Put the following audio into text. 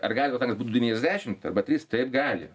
ar gali būt langas du devyniasdešim arba trys taip gali